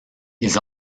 ils